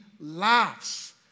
laughs